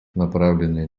направленные